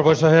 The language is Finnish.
puhemies